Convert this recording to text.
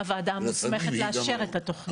הוועדה מוסמכת לאשר את התוכנית.